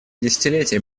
десятилетий